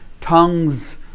tongues